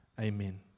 Amen